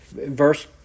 Verse